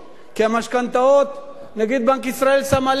כי המשכנתאות, נגיד בנק ישראל שם עליהם,